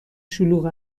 شلوغ